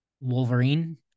Wolverine